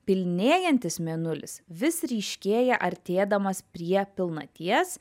pilnėjantis mėnulis vis ryškėja artėdamas prie pilnaties